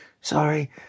sorry